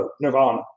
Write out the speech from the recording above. nirvana